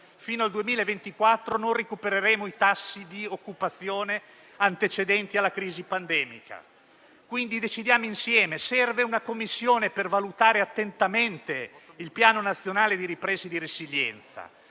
fino al 2024 non recupereremo i tassi di occupazione antecedenti alla crisi pandemica; quindi, decidiamo insieme: serve una Commissione per valutare attentamente il Piano nazionale di ripresa e resilienza.